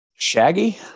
Shaggy